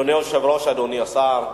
אדוני היושב-ראש, אדוני השר,